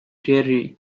dreary